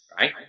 right